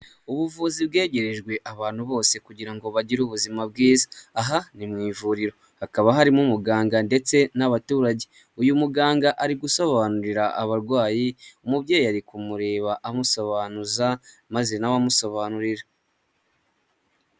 Ubuvuzi bwegerejwe abantu bose kugira ngo bagire ubuzima bwiza, aha ni mu ivuriro hakaba harimo umuganga ndetse n'abaturage uyu muganga ari gusobanurira abarwayi umubyeyi yari kumureba amusobanuza maze nawe amusobanurira.